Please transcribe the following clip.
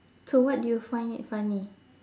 so what do you find it funny